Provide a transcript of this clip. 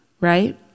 Right